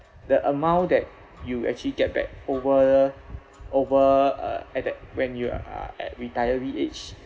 the amount that you actually get back over over uh at that when you uh at retiree age